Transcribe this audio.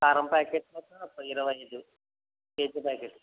కారం ప్యాకెట్ ఒక ఇరవై ఐదు కేజీ ప్యాకెట్